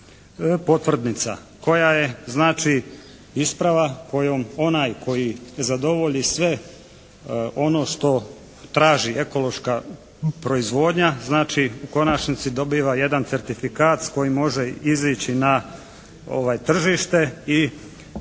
potvrdnica koja je znači isprava kojom onaj koji zadovolji sve ono što traži ekološka proizvodnja. Znači, u konačnici dobiva jedan certifikat s kojim može izići na tržište i